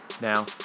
Now